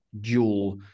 dual